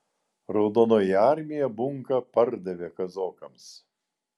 raudonoji armija bunką pardavė kazokams